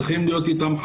צריכים להיות עדינים אתן,